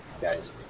guys